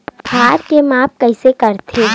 भार के माप कइसे करथे?